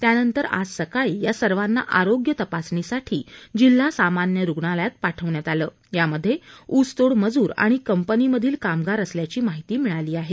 त्यानंतर आज सकाळी या सर्वांना आरोग्य तपासणीसाठी जिल्हा सामान्य रुग्णालयात पाठवण्यात आलं यामध्ये ऊस तोड मजूर आणि कंपनी मधील कामगार असल्याची माहिती मिळाली आहे